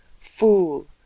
Fool